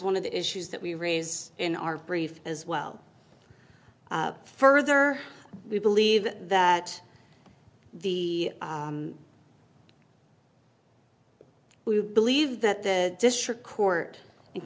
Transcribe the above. one of the issues that we raise in our brief as well further we believe that the we believe that the district court